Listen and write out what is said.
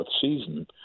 season